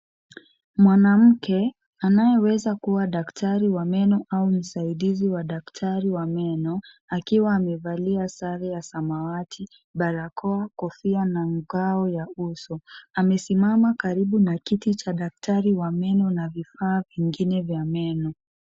Mwanamke anaye weza kuwa daktari wa meno au msaidizi wa daktari wa meno akiwa amevalia sare ya samawati, barakoa, kofia na ngao ya uso. Amesimama karibu na kiti cha daktari wa meno na vifaa vingine vya meno.